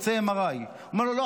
אני רוצה MRI. הוא אומר לו: לא,